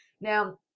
Now